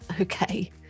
okay